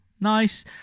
nice